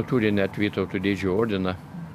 turi net vytauto didžiojo ordiną